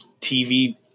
TV